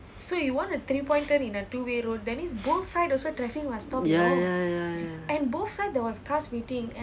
ya ya ya